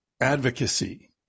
advocacy